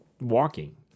walking